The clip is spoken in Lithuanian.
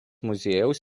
muziejaus